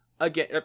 Again